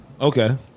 Okay